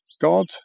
God